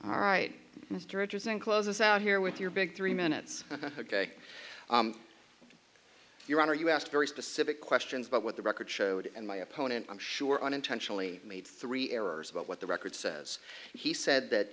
all right directors in close us out here with your big three minutes ok your honor you asked very specific questions about what the record showed and my opponent i'm sure unintentionally made three errors about what the record says he said that